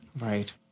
Right